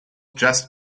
just